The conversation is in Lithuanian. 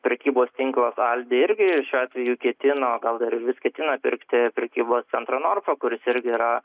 prekybos tinklas aibė irgi šiuo atveju ketino gal dar ir vis ketina pirkti prekybos centrą norfa kuris irgi yra